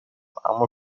اما